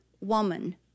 woman